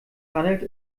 handelt